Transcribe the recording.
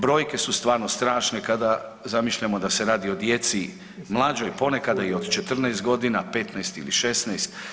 Brojke su stvarno strašne kada zamišljamo da se radi o djeci mlađoj ponekada i od 14 godina, 15 ili 16.